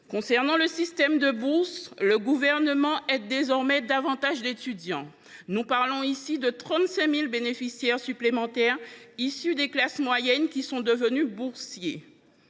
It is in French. Concernant le système de bourses, le Gouvernement aide désormais davantage d’étudiants : 35 000 bénéficiaires supplémentaires, issus des classes moyennes, sont devenus boursiers.